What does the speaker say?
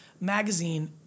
magazine